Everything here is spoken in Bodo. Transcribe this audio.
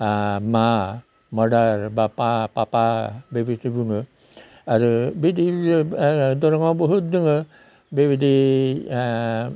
मा माडार बाबा पापा बेबायदि बुङो आरो बिदि दोरोङाव बहुद दोङो बेबायदि